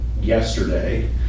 yesterday